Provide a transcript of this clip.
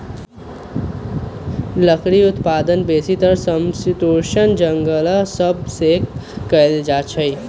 लकड़ी उत्पादन बेसीतर समशीतोष्ण जङगल सभ से कएल जाइ छइ